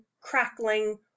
crackling